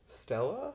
Stella